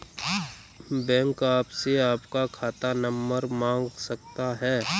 bank आपसे आपका खाता नंबर मांग सकता है